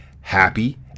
happy